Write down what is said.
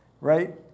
Right